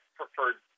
preferred